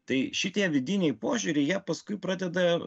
tai šitie vidiniai požiūriai jie paskui pradeda